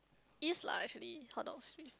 is lah actually hotdogs with